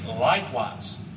Likewise